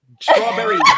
strawberry